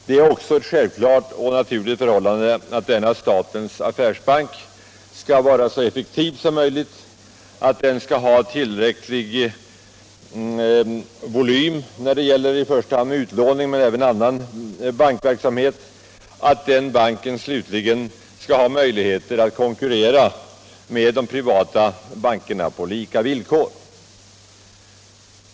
Det är också ett självklart och naturligt förhållande att denna statens affärsbank skall vara så effektiv som möjligt, att den skall ha tillräcklig volym när det gäller i första hand utlåning men även annan bankverksamhet, att den banken slutligen skall ha möjligheter att konkurrera med de privata bankerna på lika villkor.